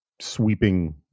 sweeping